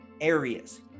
areas